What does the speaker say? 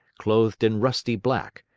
clothed in rusty black,